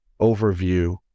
overview